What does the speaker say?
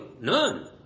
None